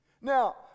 Now